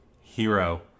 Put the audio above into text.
hero